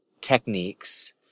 techniques